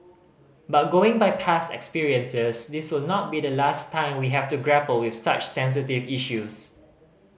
but going by past experiences this will not be the last time we have to grapple with such sensitive issues